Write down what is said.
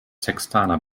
sextaner